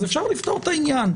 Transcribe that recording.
אז אפשר לפתור את העניין.